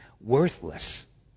Worthless